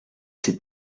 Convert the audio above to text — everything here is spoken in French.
ses